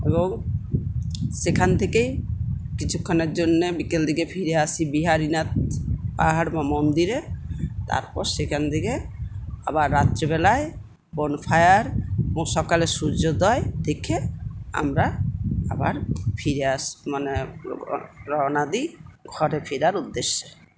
এবং সেখান থেকেই কিছুক্ষণের জন্যে বিকেল দিকে ফিরে আসি বিহারীনাথ পাহাড় ও মন্দিরে তার পর সেখান থিকে আবার রাত্রিবেলায় বনফায়ার এবং সকালে সূর্যোদয় দেখে আমরা আবার ফিরে আসি মানে রওনা দিই ঘরে ফেরার উদ্দেশ্যে